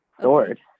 Sword